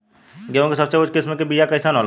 गेहूँ के सबसे उच्च किस्म के बीया कैसन होला?